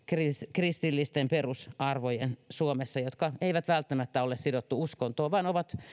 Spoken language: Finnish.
kristillisten perusarvojen suomessa jotka eivät välttämättä ole sidottuja uskontoon vaan ovat